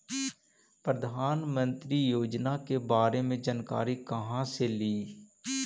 प्रधानमंत्री योजना के बारे मे जानकारी काहे से ली?